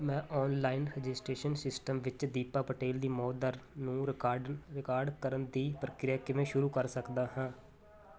ਮੈਂ online registration system ਵਿੱਚ ਦੀਪਾ ਪਟੇਲ ਦੀ ਮੌਤ ਦਰ ਨੂੰ ਰਿਕਰਡ ਰਿਕਾਰਡ ਕਰਨ ਦੀ ਪ੍ਰਕਿਰਿਆ ਕਿਵੇਂ ਸ਼ੁਰੂ ਕਰ ਸਕਦਾ ਹਾਂ